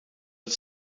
het